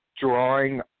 drawing